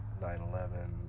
9-11